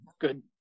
good